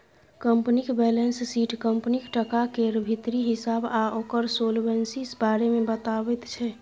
कंपनीक balance sheet कंपनीक टका केर भीतरी हिसाब आ ओकर सोलवेंसी बारे मे बताबैत छै